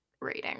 rating